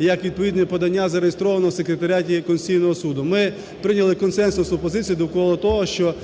як відповідне подання зареєстровано в секретаріаті Конституційного Суду. Ми прийняли консенсусну позицію довкола того, що